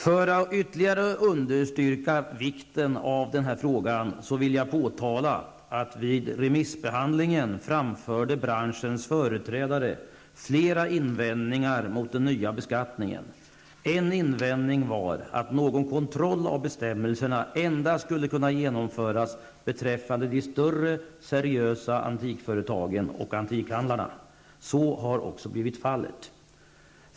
För att ytterligare understryka vikten av denna fråga vill jag påpeka att branschens företrädare vid remissbehandlingen framförde flera invändningar mot den nya beskattningen. En invändning var att en kontroll av bestämmelserna endast skulle kunna genomföras beträffande de större seriösa antikföretagen och antikhandlarna. Så har också blivit fallet.